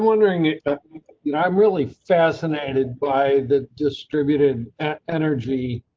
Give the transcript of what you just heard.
wondering you know i'm really fascinated by the distributed energy.